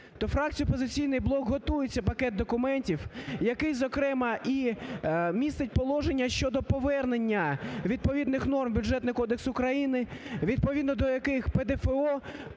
то фракція "Опозиційний блок" готує цей пакет документів, який, зокрема, і містить положення щодо повернення відповідних норм в Бюджетний кодекс України, відповідно до яких ПДФО